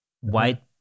white